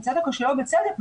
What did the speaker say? בצדק או שלא בצדק,